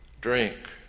drink